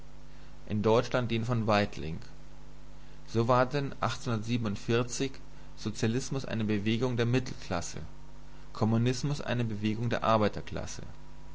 in deutschland den von weitling so war denn sozialismus eine bewegung der mittelklasse kommunismus eine bewegung der arbeiterklasse